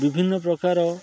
ବିଭିନ୍ନ ପ୍ରକାର